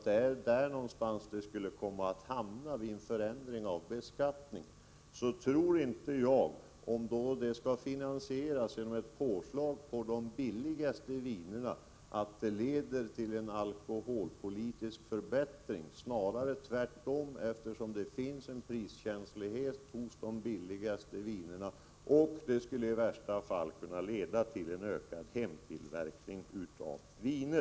— där någonstans skulle priset komma att ligga vid en förändring av beskattningen — så tror inte jag, om det skall finansieras genom ett påslag på de billigaste vinerna, att det leder till en alkoholpolitisk förbättring. Snarare blir det tvärtom, eftersom det finns en priskänslighet hos de billigaste vinerna. I värsta fall skulle följden kunna bli en ökad hemtillverkning av viner.